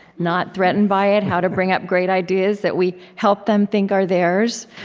not threatened by it how to bring up great ideas that we help them think are theirs